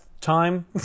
time